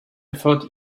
thought